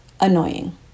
annoying